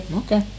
okay